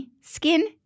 Skin